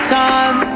time